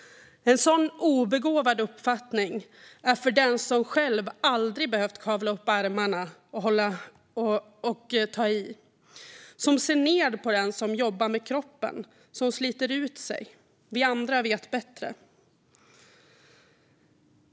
En sådan obegåvad uppfattning är för den som själv aldrig behövt kavla upp armarna och ta i och som ser ned på den som jobbar med kroppen och sliter ut sig. Vi andra vet bättre.